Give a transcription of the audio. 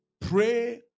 pray